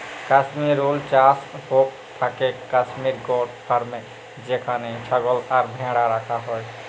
Kashmir wool চাস হৌক থাকেক কাশ্মির গোট ফার্মে যেখানে ছাগল আর ভ্যাড়া রাখা হয়